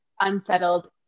unsettled